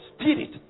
Spirit